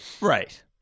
Right